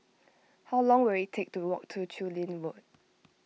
how long will it take to walk to Chu Lin Road